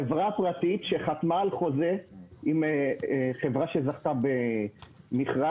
חברה פרטית שחתמה על חוזה עם חברה שזכתה במכרז,